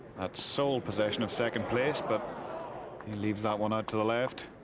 that's sole possession of second place, but leaves out one out to the left.